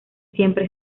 siempre